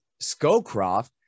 scowcroft